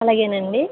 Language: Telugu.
అలాగే అండి